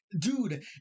Dude